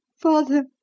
father